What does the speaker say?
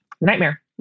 Nightmare